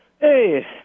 Hey